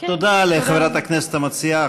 תודה לחברת הכנסת המציעה,